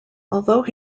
although